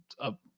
Up